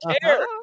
care